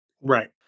Right